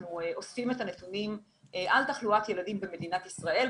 אנחנו אוספים את הנתונים על תחלואת ילדים במדינת ישראל.